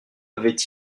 avait